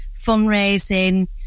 fundraising